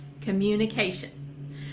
communication